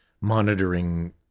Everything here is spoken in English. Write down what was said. monitoring